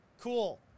cool